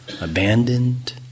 abandoned